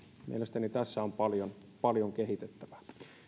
mielestäni tässä on paljon paljon kehitettävää